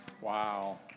Wow